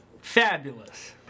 Fabulous